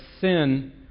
sin